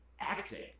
acting